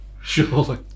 surely